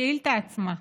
לשאילתה עצמה,